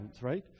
right